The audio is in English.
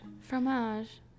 fromage